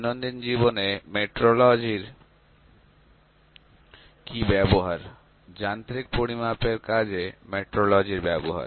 দৈনন্দিন জীবনে মেট্রোলজি র কি ব্যবহার যান্ত্রিক পরিমাপের কাজে মেট্রোলজি ব্যবহার